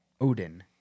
Odin